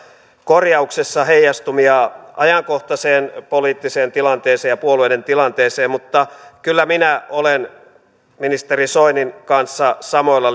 korjauksessa heijastumia ajankohtaiseen poliittiseen tilanteeseen ja puolueiden tilanteeseen mutta kyllä minä olen ministeri soinin kanssa samoilla